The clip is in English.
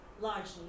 largely